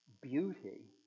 Beauty